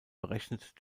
berechnet